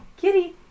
Kitty